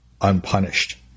unpunished